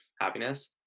happiness